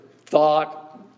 thought